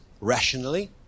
rationally